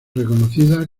reconocida